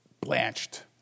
blanched